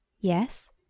Yes